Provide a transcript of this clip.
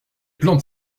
plantes